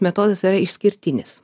metodas yra išskirtinis